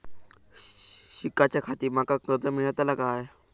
शिकाच्याखाती माका कर्ज मेलतळा काय?